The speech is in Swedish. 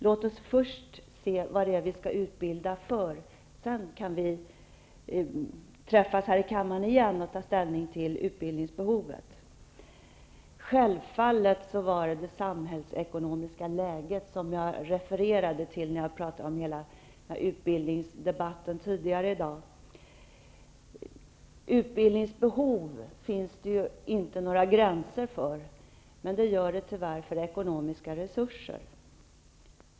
Låt oss först se vad det är vi skall utbilda för. Sedan kan vi träffas här i kammaren igen och ta ställning till utbildningsbehovet. Självfallet talade jag om det samhällsekonomiska läget när jag refererade till hela utbildningsdebatten tidigare i dag. Utbildningsbehov finns det inte några gränser för, men det gör det tyvärr för ekonomiska resurer.